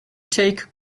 take